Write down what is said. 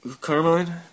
Carmine